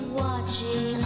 watching